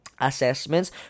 Assessments